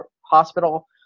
hospital